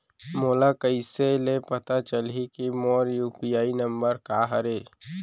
मोला कइसे ले पता चलही के मोर यू.पी.आई नंबर का हरे?